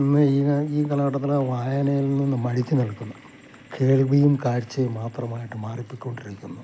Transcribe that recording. ഇന്ന് ഇത് ഈ കാലഘട്ടത്തിൽ വായനയിൽ നിന്ന് മടിച്ചു നിൽക്കുന്നു കേൾവിയും കാഴ്ചയും മാത്രമായിട്ട് മാറി പോയിക്കൊണ്ടിരിക്കുന്നു